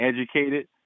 educated